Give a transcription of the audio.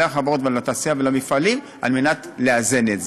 החברות ולתעשייה ולמפעלים על מנת לאזן את זה.